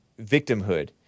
victimhood